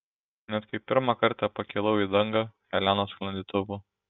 net kai pirmą kartą pakilau į dangų helenos sklandytuvu